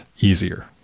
easier